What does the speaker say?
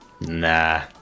nah